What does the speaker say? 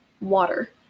water